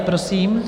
Prosím.